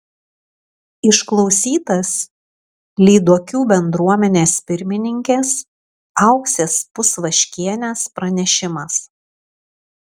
išklausytas lyduokių bendruomenės pirmininkės auksės pusvaškienės pranešimas